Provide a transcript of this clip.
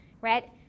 right